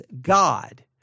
God